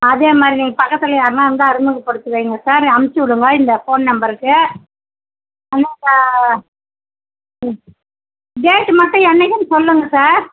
அதே மாதிரி பக்கத்தில் யாருன்னா இருந்தா அறிமுகப்படுத்தி வைங்க சார் அனுப்சிவிடுங்க இந்த ஃபோன் நம்பருக்கு அமோண்ட டேட்டு மட்டும் என்னைக்குன்னு சொல்லுங்கள் சார்